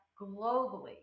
Globally